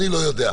אני לא יודע.